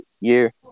year